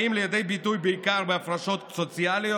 והם באים לידי ביטוי בעיקר בהפרשות סוציאליות.